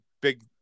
big